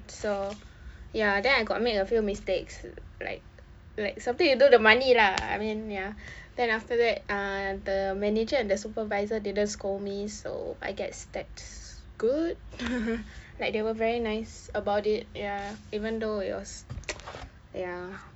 so ya then I got make a few mistakes like like something to do with the money lah I mean ya then after that uh the manager and the supervisor didn't scold me so I guess that's good like they were very nice about it ya even though it was ya